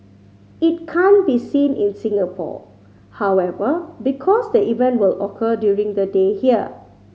it can't be seen in Singapore however because the event will occur during the day here